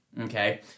Okay